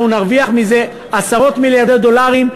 אנחנו נרוויח מזה עשרות מיליארדי דולרים,